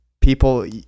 people